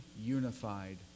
unified